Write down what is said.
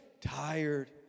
Tired